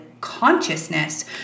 consciousness